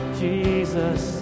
jesus